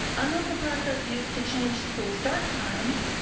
unlike the process used to change school start times,